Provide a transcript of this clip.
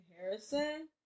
Harrison